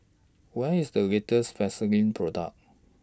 What IS The latest Vaselin Product